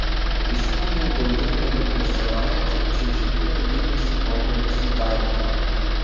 prisiminiau daugiau negu prieš savaitę čiuožykloje vykusį pokalbį su dante